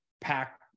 pack